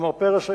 ומר פרס,